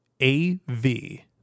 A-V